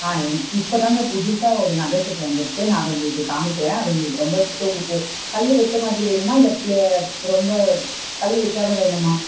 ஆ எங் இப்போ தாங்க புதுசாக ஒரு நகை செட்டு வந்திருக்கு நான் அதை உங்களுக்கு காமிக்கிறேன் அது உங்களுக்கு ரொம்ப உங்களுக்கு கல் வச்ச மாதிரி வேணுமா இல்லை ப்ளே ரொம்ப கல் வைக்காத வேணுமா